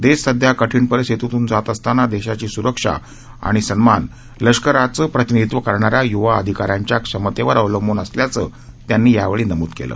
देश सध्या कठीण परिस्थीतून जात असताना देशाची सुरक्षा आणि सन्मान लष्काराचं प्रतिनिधित्व करणाऱ्या युवा अधिकाऱ्यांच्या क्षमतेवर अवलंबून असल्याचं त्यांनी यावेळी नमूद केलं